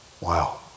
Wow